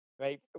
Right